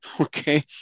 Okay